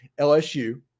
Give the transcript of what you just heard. LSU